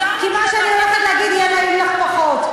כי מה שאני הולכת להגיד יהיה נעים לך פחות.